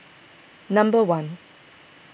number one